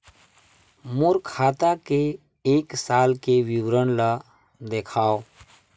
मोर खाता के एक साल के विवरण ल दिखाव?